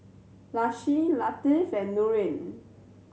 Lasih Latif and Nurin